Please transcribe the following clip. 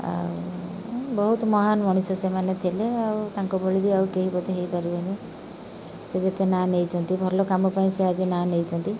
ଆଉ ବହୁତ ମହାନ ମଣିଷ ସେମାନେ ଥିଲେ ଆଉ ତାଙ୍କ ଭଳି ବି ଆଉ କେହି ବୋଧେ ହେଇପାରିବେନି ସେ ଯେତେ ନାଁ ନେଇଛନ୍ତି ଭଲ କାମ ପାଇଁ ସେ ଆଜି ନାଁ ନେଇଛନ୍ତି